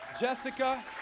Jessica